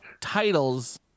titles